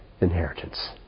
inheritance